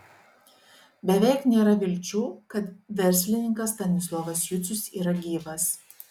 beveik nėra vilčių kad verslininkas stanislovas jucius yra gyvas